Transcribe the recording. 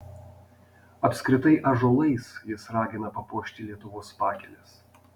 apskritai ąžuolais jis ragina papuošti lietuvos pakeles